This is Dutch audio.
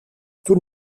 toen